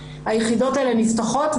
היחידות האלה נפתחות,